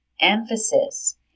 Emphasis